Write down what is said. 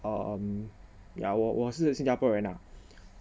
um yeah 我我是新加坡人 ah